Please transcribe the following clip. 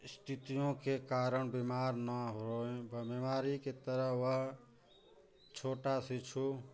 स्थितियों के कारण बीमार न होएँ ब बीमारी के तरह वह छोटा शिशु